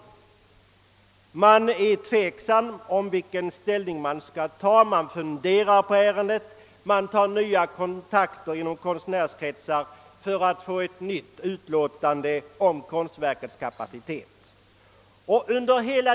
Bostadsstyrelsen är någon tid tveksam om vilken ställning den skall ta. Man överväger frågan och tar nya kontakter med konstnärskretsar för att få ett nytt utlåtande om konstverket.